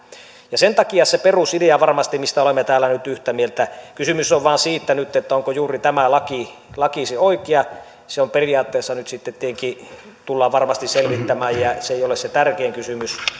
ja sen takia siitä perusideasta varmasti olemme täällä nyt yhtä mieltä kysymys on nyt vain siitä onko juuri tämä laki laki se oikea se periaatteessa nyt sitten tietenkin tullaan varmasti selvittämään ja se ei ole se tärkein kysymys